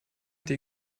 der